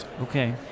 Okay